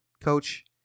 Coach